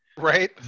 Right